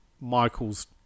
Michael's